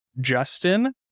Justin